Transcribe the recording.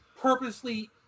purposely